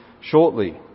shortly